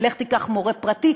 לך תיקח מורה פרטי,